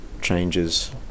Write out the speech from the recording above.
changes